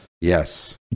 yes